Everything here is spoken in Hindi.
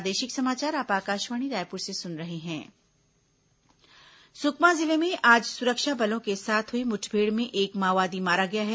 माओवादी मुठभेड़ सुकमा जिले में आज सुरक्षा बलों के साथ हुई मुठभेड़ में एक माओवादी मारा गया है